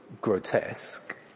grotesque